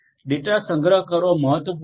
data સંગ્રહ કરવો મહત્વપૂર્ણ છે